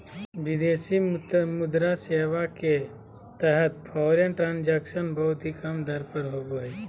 विदेशी मुद्रा सेवा के तहत फॉरेन ट्रांजक्शन बहुत ही कम दर पर होवो हय